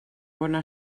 bona